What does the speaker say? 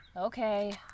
Okay